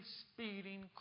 speeding